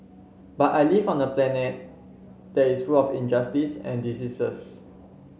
but I live on a planet that is full of injustice and diseases